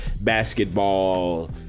basketball